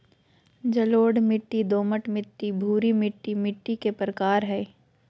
जलोढ़ मिट्टी, दोमट मिट्टी, भूरी मिट्टी मिट्टी के प्रकार हय